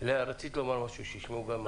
לאה, רצית לומר משהו, שישמעו מה שאמרת.